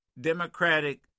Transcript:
Democratic